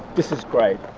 this is great,